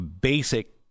basic